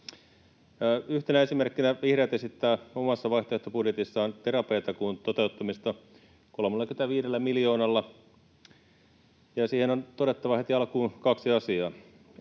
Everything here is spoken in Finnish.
Yhtenä esimerkkinä vihreät esittää omassa vaihtoehtobudjetissaan terapiatakuun toteuttamista 35 miljoonalla. Ja siihen on todettava heti alkuun kaksi asiaa.